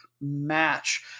match